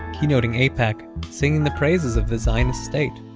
keynoting aipac, singing the praises of the zionist state